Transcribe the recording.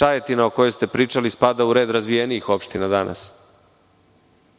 Čajetina o kojoj ste pričali spada u red razvijenijih opština danas,